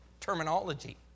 terminology